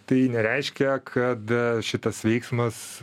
tai nereiškia kad šitas veiksmas